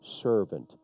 servant